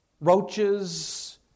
roaches